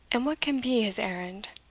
and what can be his errand?